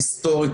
היסטורית,